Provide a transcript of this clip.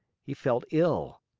he felt ill.